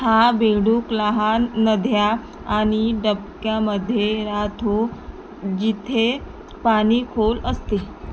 हा बेडूक लहान नद्या आणि डबक्यामध्ये राहतो जिथे पाणी खोल असते